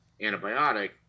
antibiotic